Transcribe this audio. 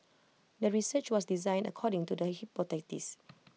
the research was designed according to the hypothesis